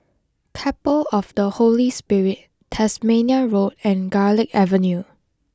Chapel of the Holy Spirit Tasmania Road and Garlick Avenue